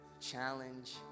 challenge